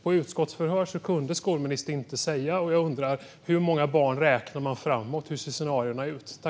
I utskottsförhör kunde skolministern inte säga det, så jag undrar: Hur många barn räknar man med framåt? Hur ser scenarierna ut?